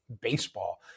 baseball